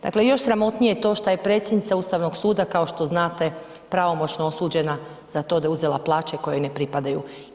Dakle još sramotnije je to što je predsjednica Ustavnog suda kao što znate pravomoćno osuđena za to da je uzela plaće koje joj ne pripadaju.